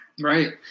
right